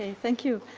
ah thank you.